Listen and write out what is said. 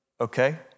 okay